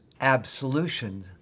absolution